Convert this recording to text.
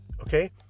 okay